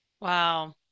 Wow